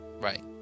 right